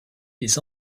des